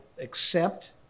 accept